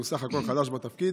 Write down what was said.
הוא בסך הכול חדש בתפקיד.